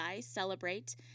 celebrate